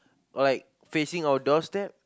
or like facing our doorsteps